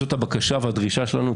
זאת הבקשה והדרישה שלנו,